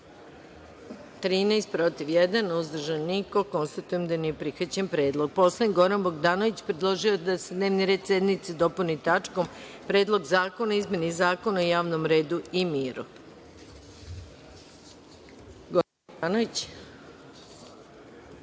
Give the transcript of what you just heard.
13, protiv – jedan, uzdržanih – niko. Konstatujem, nije prihvaćen predlog. Poslanik Goran Bogdanović predložio je da se dnevni red sednice dopuni tačkom Predlog zakona o izmeni Zakona o javnom redu i miru. **Goran Bogdanović**